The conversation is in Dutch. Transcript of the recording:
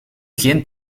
geen